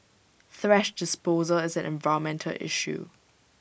thrash disposal is an environmental issue